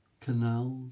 canals